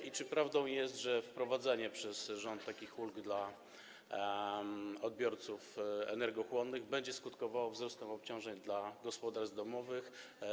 I czy prawdą jest, że wprowadzenie przez rząd takich ulg dla odbiorców energochłonnych będzie skutkowało wzrostem obciążeń dla gospodarstw domowych?